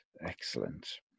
Excellent